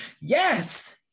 yes